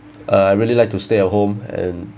uh I really like to stay at home and